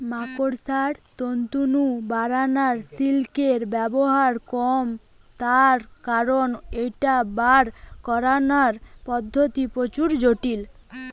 মাকড়সার তন্তু নু বারানা সিল্কের ব্যবহার কম তার কারণ ঐটার বার করানার পদ্ধতি প্রচুর জটিল